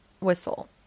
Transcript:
whistle